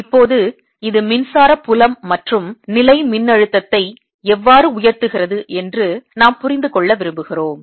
இப்போது இது மின்சார புலம் மற்றும் நிலை மின்னழுத்தத்தை எவ்வாறு உயர்த்துகிறது என்று நாம் புரிந்து கொள்ள விரும்புகிறோம்